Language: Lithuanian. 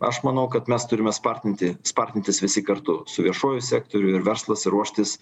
aš manau kad mes turime spartinti spartintis visi kartu su viešuoju sektoriu ir verslas ruoštis